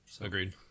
Agreed